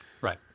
Right